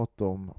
om